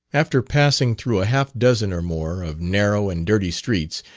after passing through a half dozen, or more, of narrow and dirty streets,